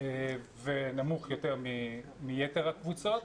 ונמוך יותר מיתר הקבוצות.